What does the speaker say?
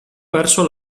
verso